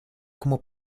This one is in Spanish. como